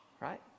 Right